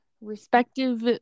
respective